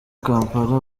kampala